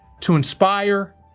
to inspire,